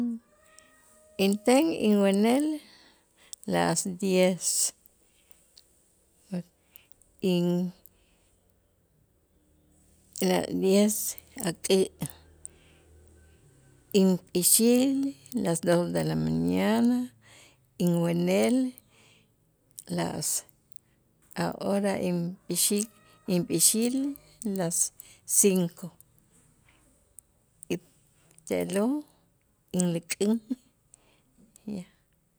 Inten inwenel las diez in las diez ak'ä' inp'i'xil las dos de la mañana, inwenel las ahora inp'i'xi- inp'i'xil las cinco y te'lo' inlik'in ya